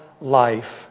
life